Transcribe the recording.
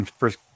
first